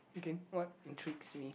okay what intrigues me